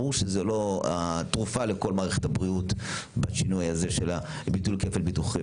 ברור שזה לא התרופה לכל מערכת הבריאות בשינוי הזה של ביטול כפל ביטוחי.